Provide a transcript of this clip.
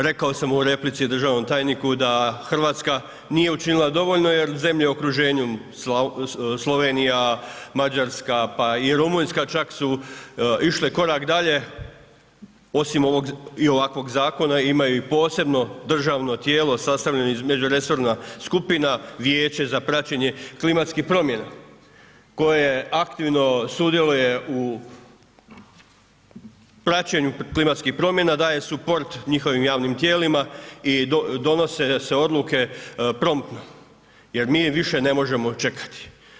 Rekao sam u replici državnom tajniku da Hrvatska nije učinila dovoljno jer zemlje u okruženju Slovenija, Mađarska pa i Rumunjska čak su išle korak dalje, osim ovog i ovakvog zakona imaju i posebno državno tijelo sastavljena međuresorna skupina, Vijeće za praćenje klimatskih promjena koje aktivno sudjeluje u praćenju klimatskih promjena, daje suport njihovim javnim tijelima i donose se odluke promptno jer mi više ne možemo čekati.